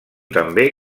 també